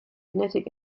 kinetic